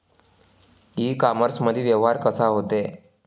इ कामर्समंदी व्यवहार कसा होते?